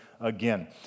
again